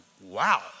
wow